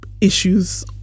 issues